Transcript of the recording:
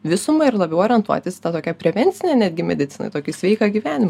visumą ir labiau orientuotis į tą tokią prevencinę netgi mediciną į tokį sveiką gyvenimą